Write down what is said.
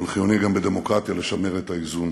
אבל חיוני גם בדמוקרטיה לשמר את האיזון.